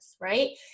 right